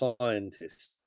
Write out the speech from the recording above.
scientists